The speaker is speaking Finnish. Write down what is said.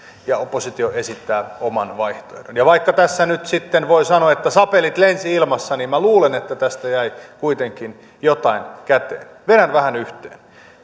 ja oppositio esittää oman vaihtoehtonsa ja vaikka tässä nyt sitten voi sanoa että sapelit lensivät ilmassa niin minä luulen että tästä jäi kuitenkin jotain käteen vedän vähän yhteen